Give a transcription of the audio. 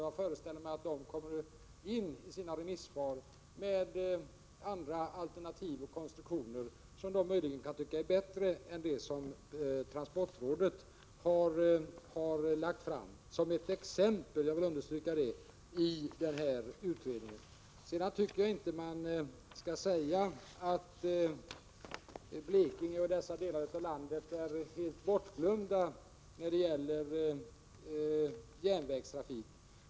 Jag föreställer mig att de i sina remissvar kommer med andra alternativ och konstruktioner som de möjligen kan tycka är bättre än det som transportrådet har fört fram som exempel — jag vill understryka att det rör sig om exempel — i utredningen. Sedan tycker jag inte att man skall säga att Blekinge och andra delar av landet är helt bortglömda när det gäller järnvägstrafik.